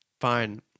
fine